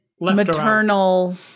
maternal